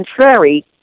contrary